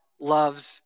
loves